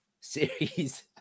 series